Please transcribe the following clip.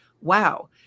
wow